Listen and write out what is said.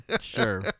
sure